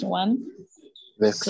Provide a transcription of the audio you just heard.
one